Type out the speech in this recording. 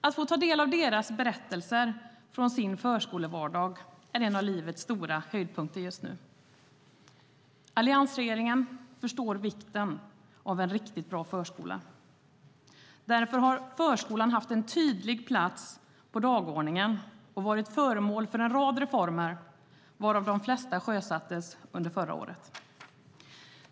Att få ta del av deras berättelser från sin förskolevardag är just nu en av livets stora höjdpunkter. Alliansregeringen förstår vikten av en riktigt bra förskola. Därför har förskolan haft en tydlig plats på dagordningen och varit föremål för en rad reformer, varav de flesta sjösattes under förra året.